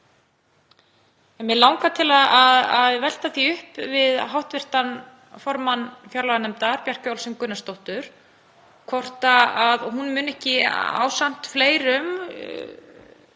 mig langar til að velta því upp við hv. formann fjárlaganefndar, Bjarkeyju Olsen Gunnarsdóttur, hvort hún muni ekki ásamt fleirum,